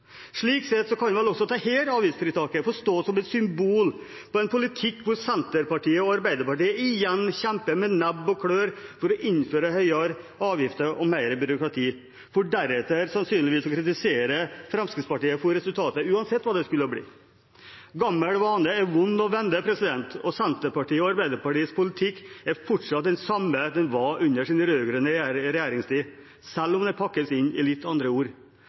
Slik sett kan også dette avgiftsfritaket få stå som et symbol på en politikk hvor Senterpartiet og Arbeiderpartiet igjen kjemper med nebb og klør for å innføre høyere avgifter og mer byråkrati, for deretter sannsynligvis å kritisere Fremskrittspartiet for resultatet, uansett hva det skulle bli. Gammel vane er vond å vende. Senterpartiets og Arbeiderpartiets politikk er fortsatt den samme som den var under deres rød-grønne regjeringstid, selv om den pakkes inn i litt andre ord.